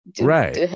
Right